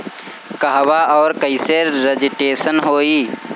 कहवा और कईसे रजिटेशन होई?